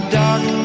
dark